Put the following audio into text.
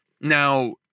Now